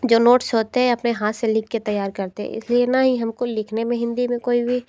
जो नोट्स होते हैं अपने हाँथ से लिख के तैयार करते है इसलिए ना ही हमको लिखने में हिंदी में कोई भी